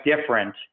different